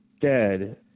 dead